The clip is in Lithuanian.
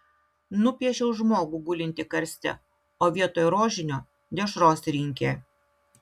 nupiešiau žmogų gulintį karste o vietoj rožinio dešros rinkė